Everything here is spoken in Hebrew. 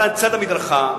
לצד המדרכה,